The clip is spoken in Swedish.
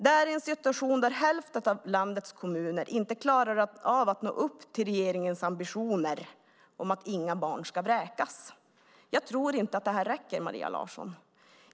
Det är i en situation då hälften av landets kommuner inte klarar av att nå upp till regeringens ambitioner om att inga barn ska vräkas. Jag tror inte att det räcker, Maria Larsson.